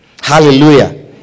Hallelujah